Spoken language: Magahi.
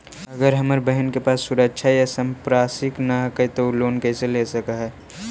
अगर हमर बहिन के पास सुरक्षा या संपार्श्विक ना हई त उ कृषि लोन कईसे ले सक हई?